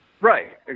right